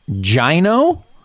gino